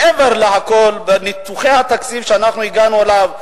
מעבר לכל ניתוחי התקציב שהגענו אליהם,